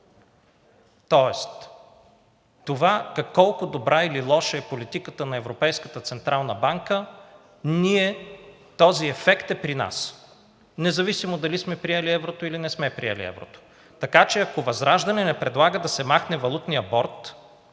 Тоест това колко добра или лоша е политиката на Европейската централна банка, този ефект е при нас, независимо дали сме приели еврото, или не сме приели еврото. Така че ако ВЪЗРАЖДАНЕ не предлага да се махне Валутният борд,